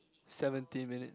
seventeen minute